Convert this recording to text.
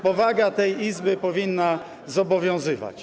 Powaga tej Izby powinna zobowiązywać.